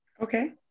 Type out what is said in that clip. okay